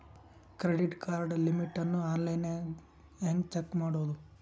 Credit card limit ಅನ್ನು online ಹೆಂಗ್ check ಮಾಡೋದು?